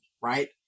right